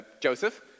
Joseph